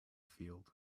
field